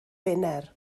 wener